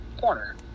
corner